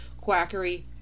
quackery